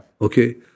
Okay